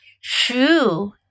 Shoe